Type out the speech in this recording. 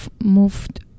moved